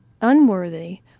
unworthy